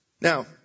Now